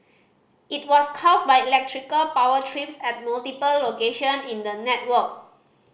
it was caused by electrical power trips at multiple location in the network